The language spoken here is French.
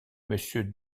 monsieur